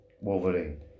Wolverine